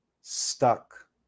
stuck